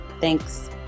Thanks